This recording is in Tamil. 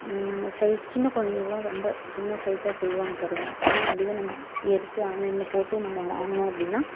சைஸ் சின்ன கொழந்தைங்களுக்கெல்லாம் ரொம்ப சின்ன சைஸாக சொல்வாங்க பாருங்கள் ஆனால் அதுவே நம்ம எடுத்து ஆன்லைனில் போட்டு நம்ம வாங்கினோம் அப்படின்னா